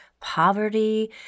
poverty